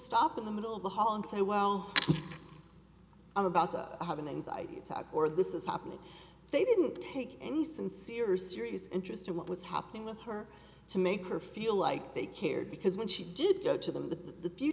stop in the middle of the hall and say wow i'm about to have an anxiety attack or this is happening they didn't take any sincere serious interest in what was happening with her to make her feel like they cared because when she did go to them the